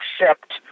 accept